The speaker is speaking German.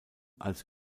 als